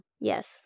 Yes